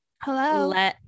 Hello